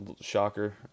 shocker